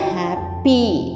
happy